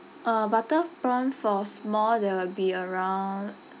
uh butter prawn for small there will be around